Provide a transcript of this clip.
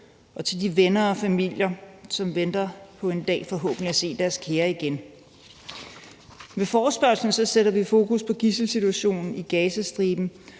og til de venner og familier, som venter på en dag forhåbentlig at se deres kære igen. Med forespørgslen sætter vi fokus på gidselsituationen i Gazastriben,